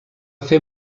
fer